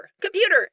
Computer